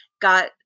got